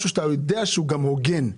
משהו שאתה יודע שהוא גם הוגן.